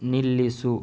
ನಿಲ್ಲಿಸು